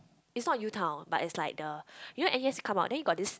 it's not U-Town but it's like the you know N_U_S come out then you got this